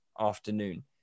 afternoon